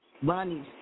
money